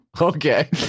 okay